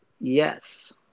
Yes